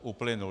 Uplynul.